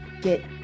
get